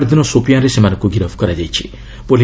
ଗତ ଶୁକ୍ରବାର ଦିନ ସୋପିଆଁରେ ସେମାନଙ୍କୁ ଗିରଫ କରାଯାଇଛି